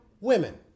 women